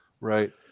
right